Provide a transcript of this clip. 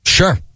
Sure